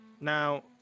Now